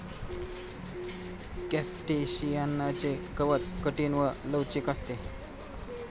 क्रस्टेशियनचे कवच कठीण व लवचिक असते